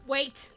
Wait